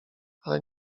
ale